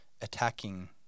attacking